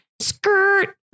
skirt